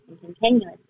continuously